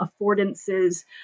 affordances